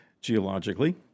geologically